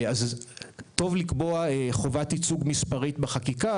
טוב לקבוע חובת ייצוג מספרית בחקיקה.